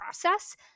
process